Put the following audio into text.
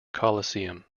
coliseum